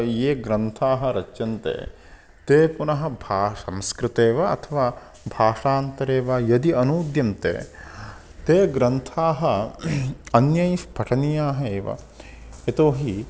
ये ग्रन्थाः रच्यन्ते ते पुनः भाषा संस्कृते वा अथवा भाषान्तरे वा यदि अनूद्यन्ते ते ग्रन्थाः अन्यैःपठनीयाः एव यतो हि